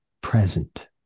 present